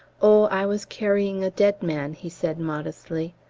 oh, i was carrying a dead man, he said modestly.